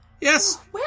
Yes